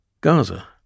Gaza